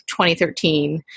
2013